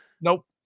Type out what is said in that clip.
Nope